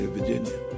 Virginia